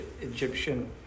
Egyptian